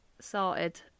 sorted